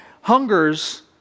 hungers